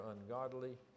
ungodly